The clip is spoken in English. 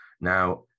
Now